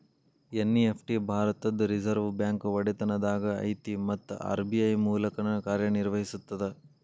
NEFT ಭಾರತದ್ reserve bank ಒಡೆತನದಾಗ ಐತಿ ಮತ್ತ ಆರ್.ಬಿ.ಐ ಮೂಲಕನ ಕಾರ್ಯನಿರ್ವಹಿಸ್ತದ